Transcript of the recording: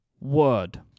word